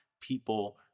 people